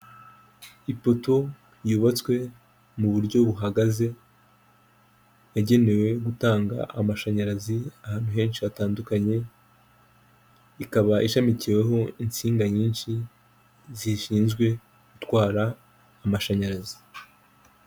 Ipoto yubatswe mu buryo buhagaze, yagenewe gutanga amashanyarazi ahantu henshi hatandukanye, ikaba ishamikiweho insinga nyinshi zishinzwe gutwara amashanyarazi.